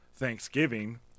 thanksgiving